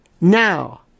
now